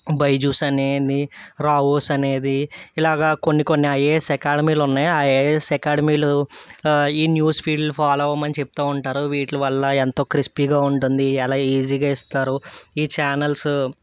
బైజూసు అనేది రావుస్ అనేది ఇలాగా కొన్ని కొన్ని ఐఏఎస్ అకాడమీలు ఉన్నాయి ఐఏఎస్ అకాడమీలో ఈ న్యూస్ ఫీడ్లు ఫాలో అవ ని చెప్తూ ఉంటారు వీటిల వల్ల ఎంతో క్రిస్పీగా ఉంటుంది ఎలా ఈజీగా ఇస్తారు ఈ చానల్సు